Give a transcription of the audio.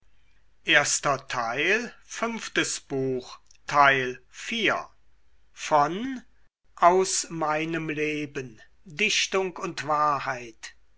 aus meinem leben dichtung und wahrheit